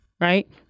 right